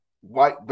White